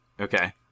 Okay